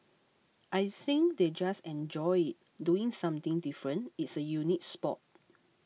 I think they just enjoy it doing something different it's a unique sport